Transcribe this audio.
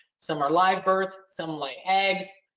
some are live birth, some lay eggs,